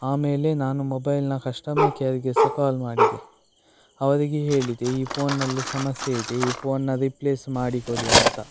ಆಮೇಲೆ ನಾನು ಮೊಬೈಲ್ನ ಕಶ್ಟಮರ್ ಕೇರ್ಗೆ ಸಹ ಕಾಲ್ ಮಾಡಿದೆ ಅವರಿಗೆ ಹೇಳಿದೆ ಈ ಫೋನ್ನಲ್ಲಿ ಸಮಸ್ಯೆ ಇದೆ ಈ ಫೋನನ್ನ ರಿಪ್ಲೇಸ್ ಮಾಡಿ ಕೊಡಿ ಅಂತ